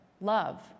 love